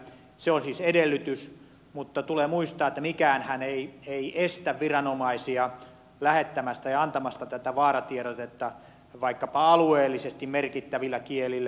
se on siis edellytys mutta tulee muistaa että mikäänhän ei estä viranomaisia lähettämästä ja antamasta tätä vaaratiedotetta vaikkapa alueellisesti merkittävillä kielillä